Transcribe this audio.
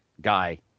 guy